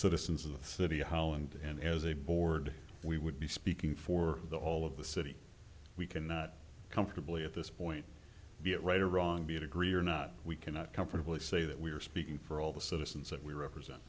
citizens of the city holland and as a board we would be speaking for the whole of the city we cannot comfortably at this point be it right or wrong be it agree or not we cannot comfortably say that we are speaking for all the citizens that we represent